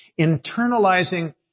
Internalizing